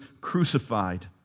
crucified